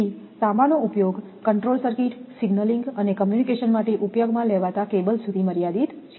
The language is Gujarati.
તેથીતાંબાનો ઉપયોગ કંટ્રોલ સર્કિટ સિગ્નલિંગ અને કમ્યુનિકેશન માટે ઉપયોગમાં લેવાતા કેબલ્સ સુધી મર્યાદિત છે